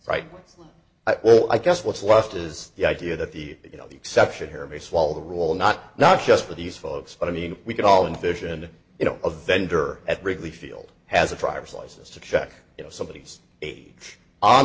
look at well i guess what's left is the idea that the you know the exception here may swallow the rule not not just for these folks but i mean we could all in vision you know a vendor at wrigley field has a driver's license to check you know somebody